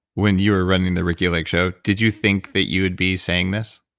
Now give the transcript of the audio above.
when you were running the ricki lake show, did you think that you would be saying this